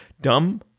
Dumb